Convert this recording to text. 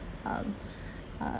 um uh